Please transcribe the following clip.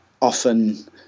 often